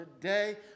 today